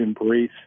embrace